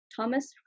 Thomas